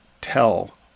tell